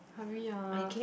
hurry ah